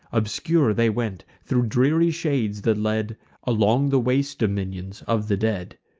obscure they went thro' dreary shades, that led along the waste dominions of the dead.